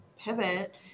pivot